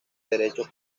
derecho